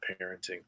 parenting